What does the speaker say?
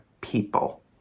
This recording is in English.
people